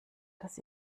dass